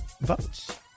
votes